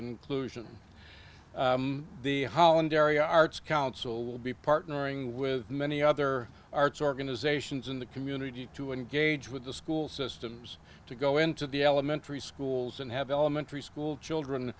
inclusion the holland area arts council will be partnering with many other arts organizations in the community to engage with the school systems to go into the elementary schools and have elementary school children